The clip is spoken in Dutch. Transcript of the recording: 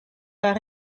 wel